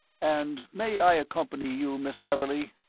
and may i accompany you, miss beverley?